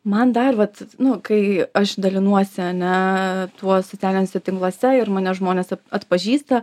man dar vat nu kai aš dalinuosi ane tuo socialiniuose tinkluose ir mane žmonės atpažįsta